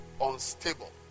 Unstable